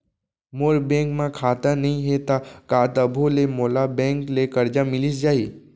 मोर bank म खाता नई हे त का तभो ले मोला बैंक ले करजा मिलिस जाही?